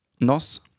nos